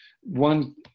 one